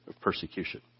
persecution